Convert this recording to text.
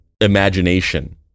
imagination